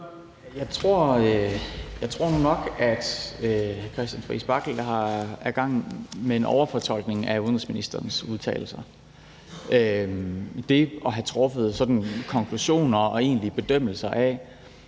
Jeg tror nu nok, at hr. Christian Friis Bach er i gang med en overfortolkning af udenrigsministerens udtalelser. Det at have truffet sådan konklusioner og egentlige bedømmelser af,